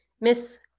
Miss